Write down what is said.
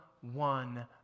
one